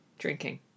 drinking